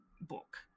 book